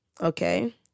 okay